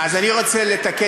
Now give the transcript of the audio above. אז אני רוצה לתקן.